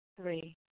Three